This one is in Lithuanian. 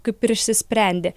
kaip ir išsisprendė